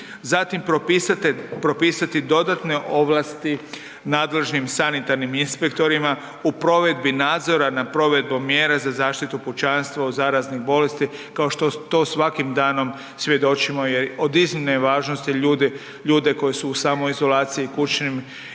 zatim propisati dodatne ovlasti nadležnim sanitarnim inspektorima u provedbi nadzora nad provedbom mjera za zaštitu pučanstva od zaraznih bolesti, kao što to svakim danom svjedočimo je od iznimne važnosti, ljude koji su u samoizolaciji, kućnim izolacijama